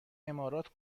امارات